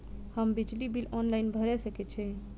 हम बिजली bill online भैर सकै छी?